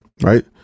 right